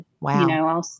wow